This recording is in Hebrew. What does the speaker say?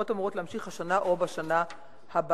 החפירות אמורות להימשך השנה או בשנה הבאה.